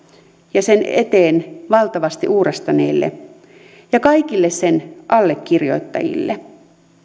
ja sen eteen valtavasti uurastaneille ja kaikille sen allekirjoittajille